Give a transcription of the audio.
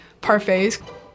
parfaits